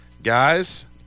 Guys